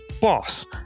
Boss